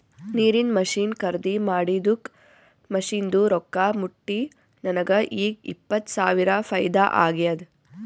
ನೀರಿಂದ್ ಮಷಿನ್ ಖರ್ದಿ ಮಾಡಿದ್ದುಕ್ ಮಷಿನ್ದು ರೊಕ್ಕಾ ಮುಟ್ಟಿ ನನಗ ಈಗ್ ಇಪ್ಪತ್ ಸಾವಿರ ಫೈದಾ ಆಗ್ಯಾದ್